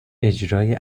اجرای